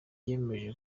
yemeje